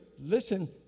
listen